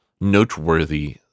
noteworthy